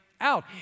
out